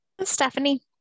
Stephanie